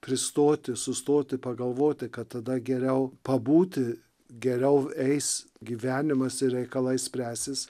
pristoti sustoti pagalvoti kad tada geriau pabūti geriau eis gyvenimas ir reikalai spręsis